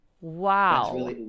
Wow